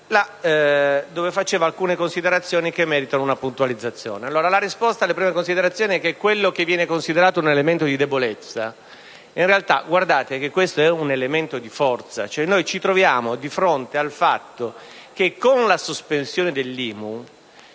La risposta alle prime considerazioni è che quello che viene considerato un elemento di debolezza è invece un elemento di forza. Ci troviamo di fronte al fatto che con la sospensione dell'IMU